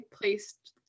placed